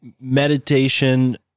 meditation